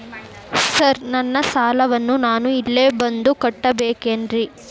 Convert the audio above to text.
Sir ನನ್ನ ಸಾಲವನ್ನು ನಾನು ಇಲ್ಲೇ ಬಂದು ಕಟ್ಟಬೇಕೇನ್ರಿ?